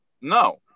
No